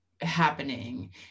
happening